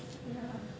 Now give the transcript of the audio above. ya